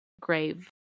grave